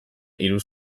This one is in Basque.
hiru